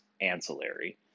ancillary